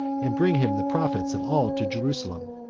and bring him the profits of all to jerusalem.